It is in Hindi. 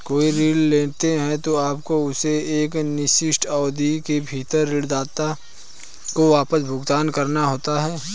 कोई ऋण लेते हैं, तो आपको उसे एक निर्दिष्ट अवधि के भीतर ऋणदाता को वापस भुगतान करना होता है